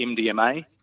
MDMA